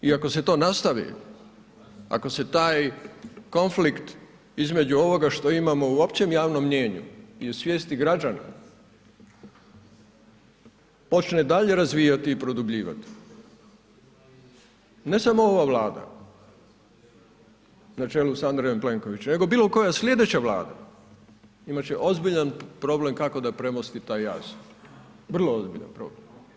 I ako se to nastavi, ako se taj konflikt između ovoga što imamo u općem javnom mnijenju i u svijesti građana počne dalje razvijati i produbljivati, ne samo ova Vlada, na čelu s Andrejem Plenkovićem, nego bilo koja slijedeća Vlada, imat će ozbiljan problem kako da premosti taj jaz, vrlo ozbiljan problem.